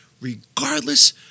regardless